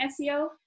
SEO